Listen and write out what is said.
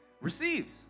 receives